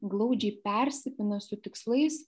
glaudžiai persipina su tikslais